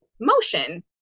motion